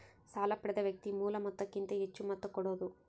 ಸಾಲ ಪಡೆದ ವ್ಯಕ್ತಿ ಮೂಲ ಮೊತ್ತಕ್ಕಿಂತ ಹೆಚ್ಹು ಮೊತ್ತ ಕೊಡೋದು